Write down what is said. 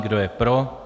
Kdo je pro?